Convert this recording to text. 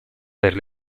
per